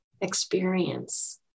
experience